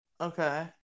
Okay